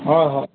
হয় হয়